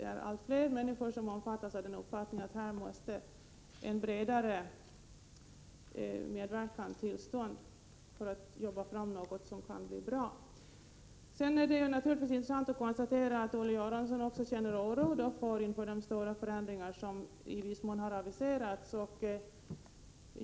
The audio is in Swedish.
Allt fler människor har den uppfattningen att en bredare medverkan måste komma till stånd för att vi skall kunna arbeta fram ett gott resultat. Det är naturligtvis bra att konstatera att också Olle Göransson känner oro inför de i vissa avseenden stora förändringar som har aviserats.